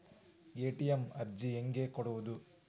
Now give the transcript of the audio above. ATM ಅರ್ಜಿ ಹೆಂಗೆ ಕೊಡುವುದು?